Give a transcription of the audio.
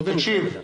תקשיב.